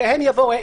שהם יבואו.